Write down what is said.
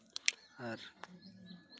ᱟᱨ